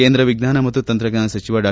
ಕೇಂದ್ರ ವಿಜ್ಞಾನ ಮತ್ತು ತಂತ್ರಜ್ಞಾನ ಸಚಿವ ಡಾ